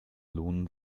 lohnen